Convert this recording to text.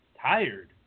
tired